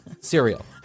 cereal